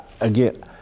again